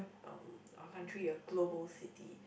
oh a country a global city